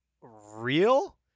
real